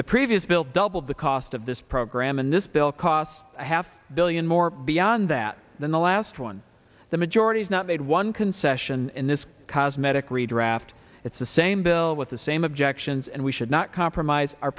the previous bill doubled the cost of this program and this bill cost a half billion more beyond that in the last one the majority is not made one concession in this cosmetic redraft it's the same bill with the same objections and we should not compromise our